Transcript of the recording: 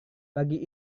pagi